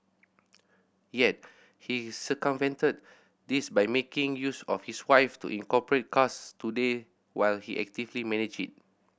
yet he circumvented this by making use of his wife to incorporate Cars Today while he actively manage it